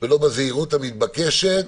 בזהירות המתבקשת,